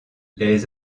les